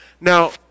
Now